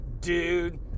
dude